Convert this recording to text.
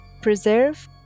preserve